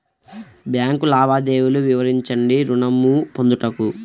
Bank లావాదేవీలు వివరించండి ఋణము పొందుటకు?